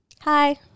Hi